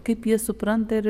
kaip jie supranta ir